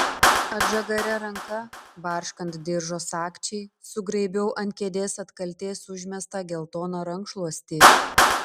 atžagaria ranka barškant diržo sagčiai sugraibiau ant kėdės atkaltės užmestą geltoną rankšluostį